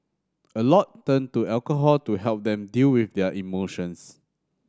a lot turn to alcohol to help them deal with their emotions